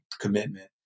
commitment